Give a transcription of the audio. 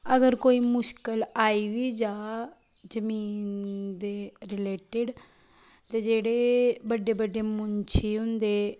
अगर कोई मुश्कल आई बी जा जमीन दे रिलेटड ते जेह्डे बड्डे बड्डे मुन्शी होन्दे